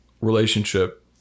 relationship